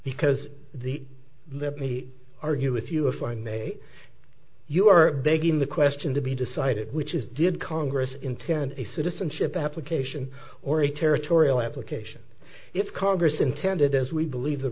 because the left maybe argue with you if i may you are begging the question to be decided which is did congress intend a citizenship application or a territorial application if congress intended as we believe th